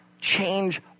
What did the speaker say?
change